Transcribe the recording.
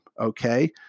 Okay